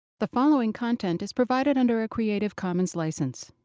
the following content is provided under a creative commons license.